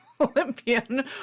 Olympian